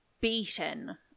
beaten